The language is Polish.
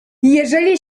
jeżeli